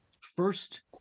first